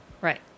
Right